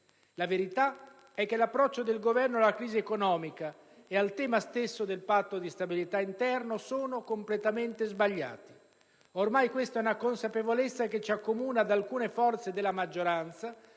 La verità è che l'approccio del Governo alla crisi economica e al tema stesso del Patto di stabilità interno sono completamente sbagliati. Ormai questa è una consapevolezza che ci accomuna ad alcune forze della maggioranza,